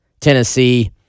Tennessee